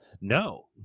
no